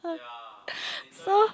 hurt so